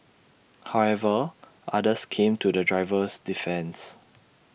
however others came to the driver's defence